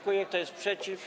Kto jest przeciw?